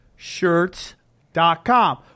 Shirts.com